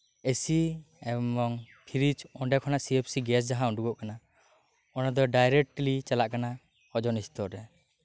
AC ᱮᱵᱚᱝ fridge ᱚᱸᱰᱮᱠᱷᱚᱱ CFC gas ᱡᱟᱦᱟ ᱩᱰᱩᱠᱚᱜ ᱠᱟᱱᱟ ᱚᱱᱟᱫᱚ ᱰᱟᱭᱨᱮᱴᱞᱤ ᱪᱟᱞᱟᱜ ᱠᱟᱱᱟ ᱳᱡᱚᱱ ᱥᱛᱚᱨ ᱨᱮ